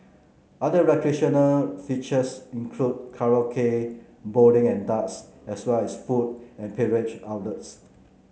other recreational features include karaoke bowling and darts as well as food and beverage outlets